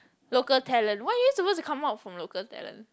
local talent what are you suppose to come up from local talent